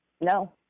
No